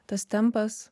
tas tempas